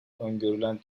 öngörülen